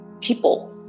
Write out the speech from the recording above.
people